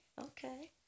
Okay